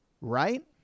right